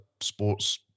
sports